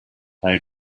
how